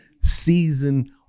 season